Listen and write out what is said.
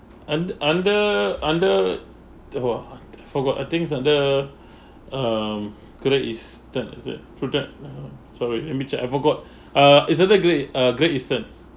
under under under !wah! forgot I think it's under um great eastern is it product err so wait let me check I forgot uh it's under great ea~ uh great eastern